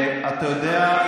אתה יודע,